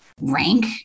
rank